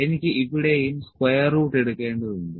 എനിക്ക് ഇവിടെയും square root എടുക്കേണ്ടതുണ്ട്